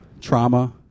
trauma